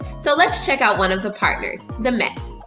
so let's check out one of the partners, the met.